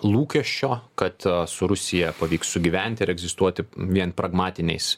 lūkesčio kad su rusija pavyks sugyventi ir egzistuoti vien pragmatiniais